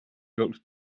built